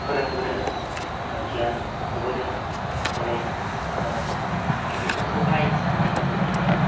फोरोंबोदों गियान होबोदों जेरै गेदेरफोरखौ हाय मान होनाय एबा